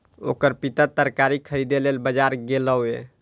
ओकर पिता तरकारी खरीदै लेल बाजार गेलैए